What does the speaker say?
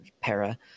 para